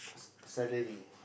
salary